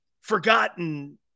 forgotten